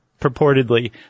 purportedly